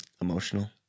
Emotional